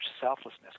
selflessness